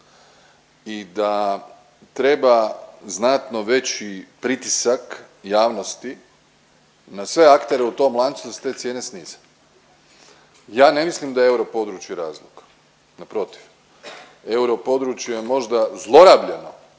i da treba znatno veći pritisak javnosti na sve aktere u tom lancu da se te cijene snize. Ja ne mislim da je europodručje …, naprotiv europodručje možda zlorabljeno